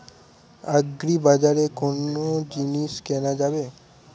আগ্রিবাজারে কোন জিনিস কেনা যাবে?